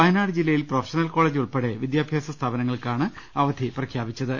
വയനാട് ജില്ലയിൽ professional college ഉൾപ്പെടെ വിദ്യാ ഭ്യാസ സ്ഥാപനങ്ങൾക്കാണ് അവധി പ്രഖ്യാപിച്ചത്